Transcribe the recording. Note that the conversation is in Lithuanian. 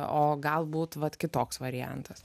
o galbūt vat kitoks variantas